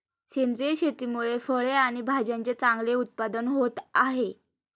सेंद्रिय शेतीमुळे फळे आणि भाज्यांचे चांगले उत्पादन होत आहे